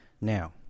Now